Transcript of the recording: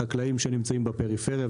החקלאים שנמצאים בפריפריה,